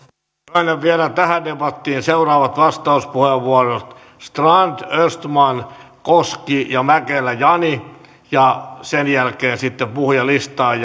myönnän vielä tähän debattiin seuraavat vastauspuheenvuorot strand östman koski ja mäkelä jani sen jälkeen sitten puhujalistaan